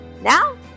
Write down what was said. Now